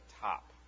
top